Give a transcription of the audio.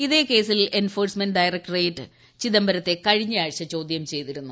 ഇതേ കേസിൽ enforcement directorate ചിദംബരത്തെ കഴിഞ്ഞയാഴ്ച ചോദ്യം ചെയ്തിരുന്നു